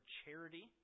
charity